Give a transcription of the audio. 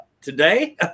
today